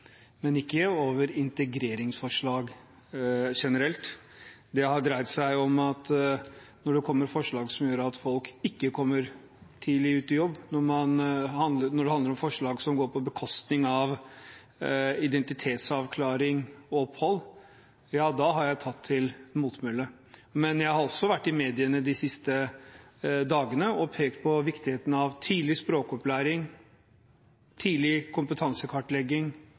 men ikke over integreringsforslag generelt. Det har dreid seg om at når det kommer forslag som gjør at folk ikke kommer tidlig ut i jobb og når det handler om forslag som går på bekostning av identitetsavklaring og opphold, da har jeg tatt til motmæle. Men jeg har også vært i mediene de siste dagene og pekt på viktigheten av tidlig språkopplæring, tidlig kompetansekartlegging,